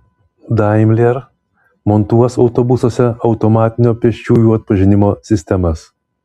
daimler montuos autobusuose automatinio pėsčiųjų atpažinimo sistemas